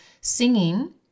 singing